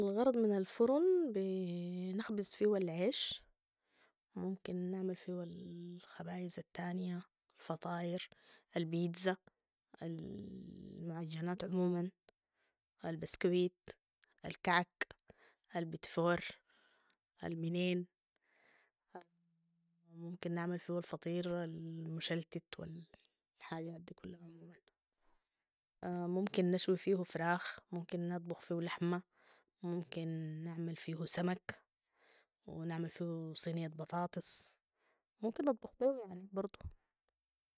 الغرض من الفرن بنخبز فيو العيش وممكن نعمل فيو الخبائز التانية الفطائر البيتز المعجانات عموما البسكويت الكعك البيتفورالمينين ممكن نعمل فيو الفطير المشلت والحاجات دي كلها عموماً ممكن نشوي فيه فراخ ممكن نطبخ فيه لحمة ممكن نعمل فيه سمك ونعمل فيو صينية بطاطس وممكن نطبخ بيو برضو